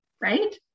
right